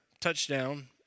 touchdown